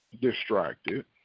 distracted